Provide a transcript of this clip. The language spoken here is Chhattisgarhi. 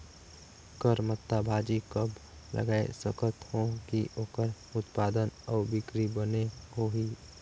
करमत्ता भाजी कब लगाय सकत हो कि ओकर उत्पादन अउ बिक्री बने होही?